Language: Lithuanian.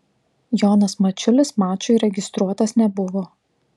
jonas mačiulis mačui registruotas nebuvo